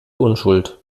unschuld